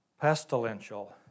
pestilential